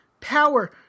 power